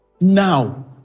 Now